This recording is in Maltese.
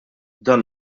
dan